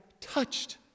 touched